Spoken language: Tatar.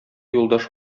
юлдаш